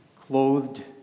Clothed